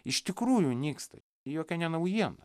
iš tikrųjų nyksta jokia ne naujiena